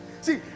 See